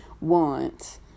want